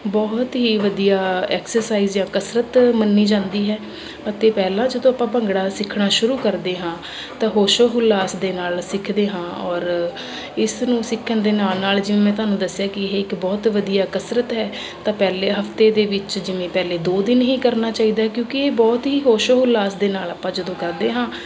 ਬਹੁਤ ਹੀ ਵਧੀਆ ਐਕਸਰਸਾਈਜ਼ ਜਾਂ ਕਸਰਤ ਮੰਨੀ ਜਾਂਦੀ ਹੈ ਅਤੇ ਪਹਿਲਾਂ ਜਦੋਂ ਆਪਾਂ ਭੰਗੜਾ ਸਿੱਖਣਾ ਸ਼ੁਰੂ ਕਰਦੇ ਹਾਂ ਤਾਂ ਹੋਸ਼ੋ ਹੁਲਾਸ ਦੇ ਨਾਲ ਸਿੱਖਦੇ ਹਾਂ ਔਰ ਇਸ ਨੂੰ ਸਿੱਖਣ ਦੇ ਨਾਲ ਨਾਲ ਜਿਵੇਂ ਤੁਹਾਨੂੰ ਦੱਸਿਆ ਕਿ ਇਹ ਇੱਕ ਬਹੁਤ ਵਧੀਆ ਕਸਰਤ ਹੈ ਤਾਂ ਪਹਿਲੇ ਹਫਤੇ ਦੇ ਵਿੱਚ ਜਿਵੇਂ ਪਹਿਲਾਂ ਦੋ ਦਿਨ ਹੀ ਕਰਨਾ ਚਾਹੀਦਾ ਕਿਉਂਕਿ ਇਹ ਬਹੁਤ ਹੀ ਹੋਸ਼ੋ ਹੁਲਾਸ ਦੇ ਨਾਲ ਆਪਾਂ ਜਦੋਂ ਕਰਦੇ ਹਾਂ